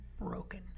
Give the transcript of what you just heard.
broken